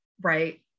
right